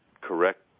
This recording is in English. correct